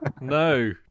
no